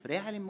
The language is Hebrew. ספרי הלימוד.